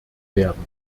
werden